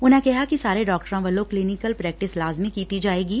ਉਨਾਂ ਕਿਹਾ ਕਿ ਸਾਰੇ ਡਾਕਟਰਾਂ ਵੱਲੋਂ ਕਲੀਨਿਕ ਪ੍ਰੈਕਟਿਸ ਲਾਜ਼ਮੀ ਕੀਤੀ ਜਾਏਗੀ